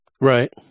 Right